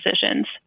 decisions